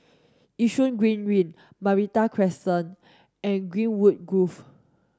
Yishun Green Link Meranti Crescent and Greenwood Grove